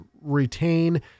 retain